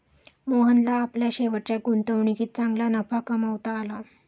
मोहनला आपल्या शेवटच्या गुंतवणुकीत चांगला नफा कमावता आला